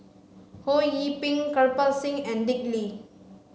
Ho Yee Ping Kirpal Singh and Dick Lee